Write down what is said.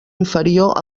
inferior